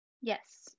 yes